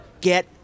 get